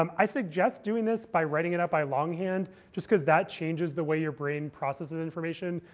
um i suggest doing this by writing it out by longhand, just because that changes the way your brain processes information.